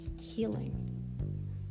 healing